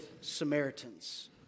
Samaritans